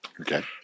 Okay